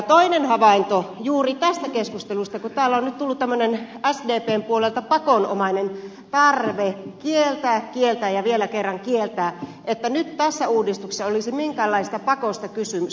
toinen havainto juuri tästä keskustelusta kun täällä on nyt tullut esille sdpn puolelta tämmöinen pakonomainen tarve kieltää kieltää ja vielä kerran kieltää että nyt tässä uudistuksessa olisi minkäänlaisesta pakosta kysymys